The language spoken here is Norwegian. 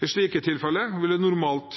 I slike tilfeller vil det normalt